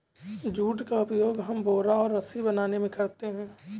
jute का उपयोग हम बोरा और रस्सी बनाने में करते हैं